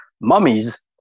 mummies